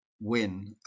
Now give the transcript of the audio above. win